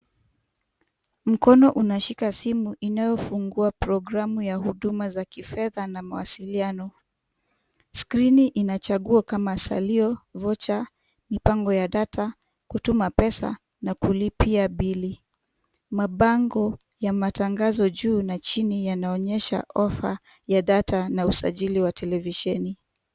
Mkono unashika simu inayofungua programu ya huduma za kifedha na mawasiliano, skrini ina chaguo kama salio, vocha, mipango ya data, kutuma pesa na kulipia bili. Mabango ya matangazo juu na chini yanaonyesha ofa ya data na usajili wa televisheni.